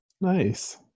Nice